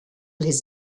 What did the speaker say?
his